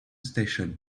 station